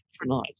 tonight